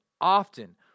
often